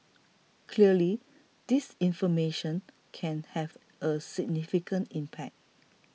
clearly disinformation can have a significant impact